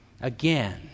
again